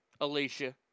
Alicia